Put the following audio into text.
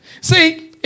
See